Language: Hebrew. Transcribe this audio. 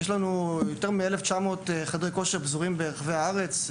יש לנו יותר מ-1,900 חדרי כושר שפזורים ברחבי הארץ,